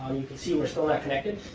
you can see we're still not connected.